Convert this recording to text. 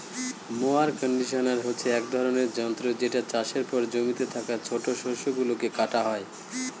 mower conditioner হচ্ছে এক ধরনের যন্ত্র যেটা চাষের পর জমিতে থাকা ছোট শস্য গুলোকে কাটা হয়